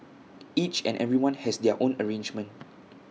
each and everyone has their own arrangement